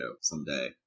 someday